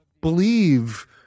believe